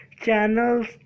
Channels